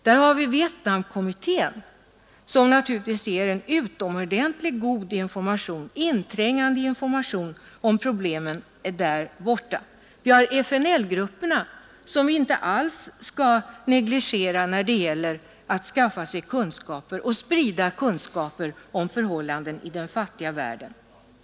Där har vi Vietnamkommittén, som naturligtvis ger en utomordentlig god och inträngande information om problemen där borta. Vi har FNL-grupperna, vilkas betydelse när det gäller att skaffa kunskaper och sprida kunskaper om förhållandena i den fattiga världen vi inte skall negligera.